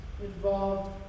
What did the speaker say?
involved